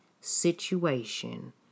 situation